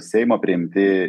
seimo priimti